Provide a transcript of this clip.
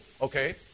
Okay